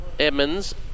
Edmonds